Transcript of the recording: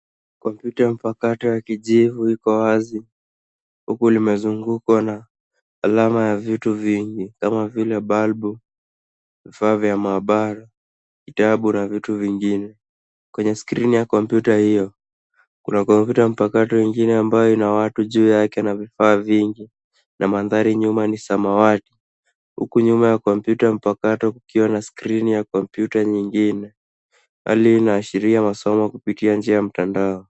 Kompyuta mpakato ya kijivu iko wazi huku limezungukwa na alama ya vitu vingi kama vile balbu, vifaa vya maabara, vitabu na vitu vingine. Kwenye skrini ya kompyuta hiyo kuna kompyuta mpakato ingine ambayo ina watu juu yake na vifaa vingi na mandhari nyuma ni samawati huku nyuma ya kompyuta mpakato kukiwa na skrini ya kompyuta nyingine . Hali hii inaashiria masomo kupitia njia ya mtandao.